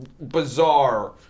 bizarre